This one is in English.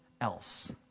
else